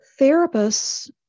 therapists